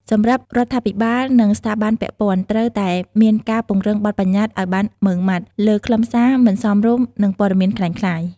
សម្រាប់រដ្ឋាភិបាលនិងស្ថាប័នពាក់ព័ន្ធ ត្រូវតែមានការ ពង្រឹងបទប្បញ្ញត្តិឲ្យបានម៉ឺងម៉ាត់ លើខ្លឹមសារមិនសមរម្យនិងព័ត៌មានក្លែងក្លាយ។